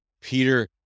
Peter